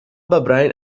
براين